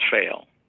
fail